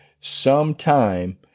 sometime